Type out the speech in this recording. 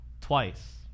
twice